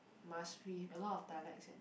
must with a lot of dialects eh